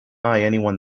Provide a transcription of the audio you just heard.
anyone